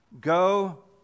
go